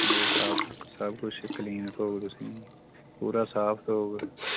होर सब कुछ सब कुछ क्लीन थोह्ग तुसेंगी पूरा साफ थोह्ग